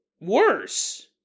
worse